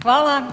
Hvala.